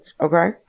okay